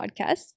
podcast